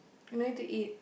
you no need to eat